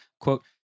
Quote